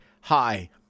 hi